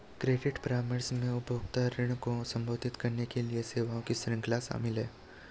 credit परामर्श में उपभोक्ता ऋण को संबोधित करने के लिए सेवाओं की श्रृंखला शामिल है